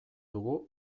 dugu